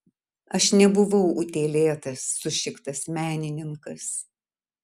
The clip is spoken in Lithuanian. aš nebuvau utėlėtas sušiktas menininkas